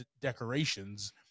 decorations